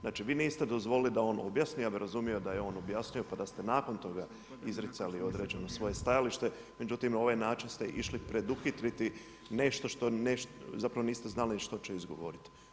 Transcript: Znači vi niste dozvolili da on objasni, ja bi razumio da je on objasnio, pa da ste nakon toga izricali određeno svoje stajalište, međutim, ovaj način ste išli preduhitriti nešto što, zapravo niste znali što će izgovoriti.